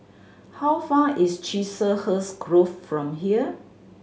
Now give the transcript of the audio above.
how far is Chiselhurst Grove from here